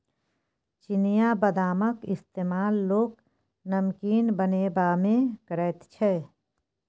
चिनियाबदामक इस्तेमाल लोक नमकीन बनेबामे करैत छै